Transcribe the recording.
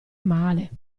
male